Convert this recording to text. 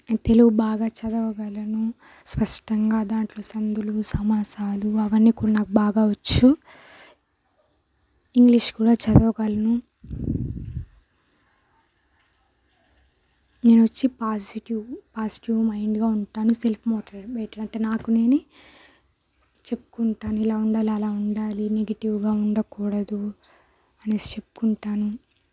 నేను తెలుగు బాగా చదవగలను స్పష్టంగా దాంట్లో సంధులు సమాసాలు అవన్నీ కూడా నాకు బాగా వచ్చు ఇంగ్లీష్ కూడా చదవగలను నేను వచ్చి పాజిటివ్ పాజిటివ్ మైండ్గా ఉంటాను సెల్ఫ్ మోటివేటెడ్ మోటివేటెడ్ అంటే నాకు నేనే చెప్పుకుంటాను ఇలా ఉండాలి అలా ఉండాలి నెగిటివ్గా ఉండకూడదు అనేసి చెప్పుకుంటాను